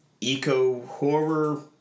eco-horror